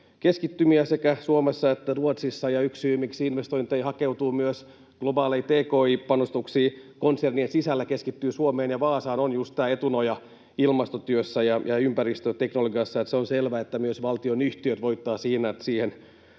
keskittymiä sekä Suomessa että Ruotsissa. Ja yksi syy, miksi investointeja — myös globaaleja tki-panostuksia konsernien sisällä — hakeutuu ja keskittyy Suomeen ja Vaasaan, on just tämä etunoja ilmastotyössä ja ympäristöteknologiassa. Se on selvä, että myös valtionyhtiöt voittavat siinä, että siihen